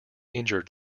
injured